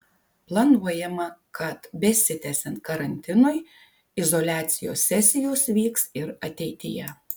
planuojama kad besitęsiant karantinui izoliacijos sesijos vyks ir ateityje